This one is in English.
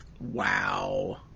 wow